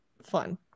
fun